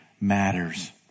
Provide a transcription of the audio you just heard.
matters